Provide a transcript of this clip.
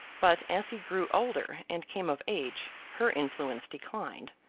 but, as he grew older and came of age, her influence declined.